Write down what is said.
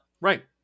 right